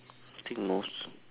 I think most